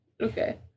Okay